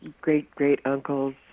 great-great-uncles